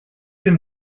them